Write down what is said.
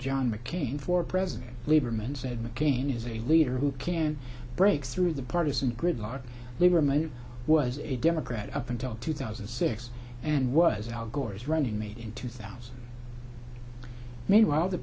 john mccain for president lieberman said mccain is a leader who can break through the partisan gridlock lieberman was a democrat up until two thousand and six and was al gore's running mate in two thousand meanwhile the